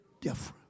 different